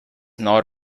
not